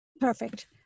perfect